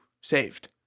saved